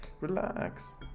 Relax